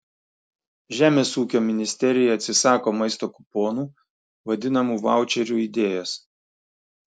žemės ūkio ministerija atsisako maisto kuponų vadinamų vaučerių idėjos